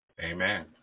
Amen